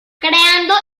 creando